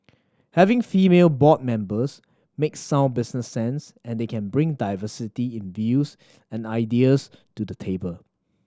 having female board members makes sound business sense as they can bring diversity in views and ideas to the table